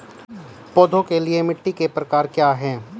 पौधों के लिए मिट्टी के प्रकार क्या हैं?